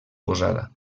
posada